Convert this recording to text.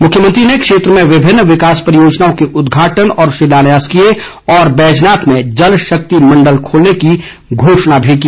मुख्यमंत्री ने क्षेत्र में विभिन्न विकास परियोजनाओं के उदघाटन व शिलान्यास किए और बैजनाथ में जलशक्ति मण्डल खोलने की घोषणा भी की